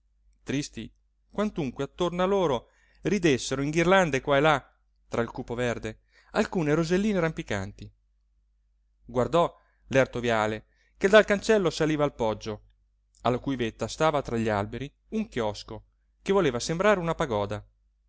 tristi quantunque attorno a loro ridessero in ghirlande qua e là tra il cupo verde alcune roselline rampicanti guardò l'erto viale che dal cancello saliva al poggio alla cui vetta stava tra gli alberi un chiosco che voleva sembrare una pagoda